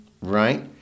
Right